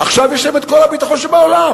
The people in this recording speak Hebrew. עכשיו יש להם כל הביטחון שבעולם: